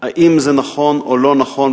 האם זה נכון או לא נכון,